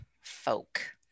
folk